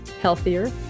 healthier